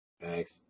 Thanks